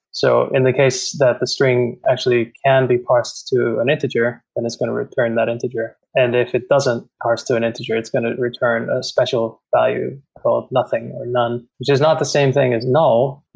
so in the case that the string actually can be parsed to an integer and it's going to return that integer, and if it doesn't parse to an integer, it's going to return a special value called nothing or none, which is the not the same thing as null,